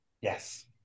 Yes